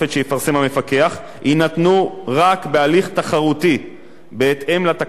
יינתנו רק בהליך תחרותי בהתאם לתקנות שיקבע השר לעניין.